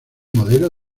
modelo